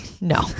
no